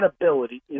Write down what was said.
ability